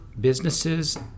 businesses